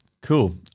Cool